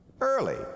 early